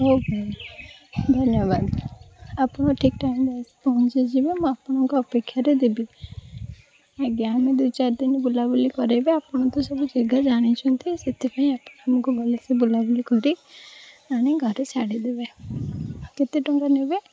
ହେଉ ଭାଇ ଧନ୍ୟବାଦ ଆପଣ ଠିକ ଟାଇମ୍ରେ ଆସି ପହଞ୍ଚିଯିବେ ମୁଁ ଆପଣଙ୍କ ଅପେକ୍ଷାରେ ଥିବି ଆଜ୍ଞା ଆମେ ଦୁଇ ଚାରି ଦିନ ବୁଲାବୁଲି କରେଇବେ ଆପଣ ତ ସବୁ ଜାଗା ଜାଣିଛନ୍ତି ସେଥିପାଇଁ ଆପଣଙ୍କୁ ଭଲସେ ବୁଲାବୁଲି କରି ଆଣି ଘରେ ଛାଡ଼ିଦେବେ ଆଉ କେତେ ଟଙ୍କା ନେବେ